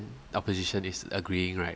opposition is agreeing right